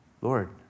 Lord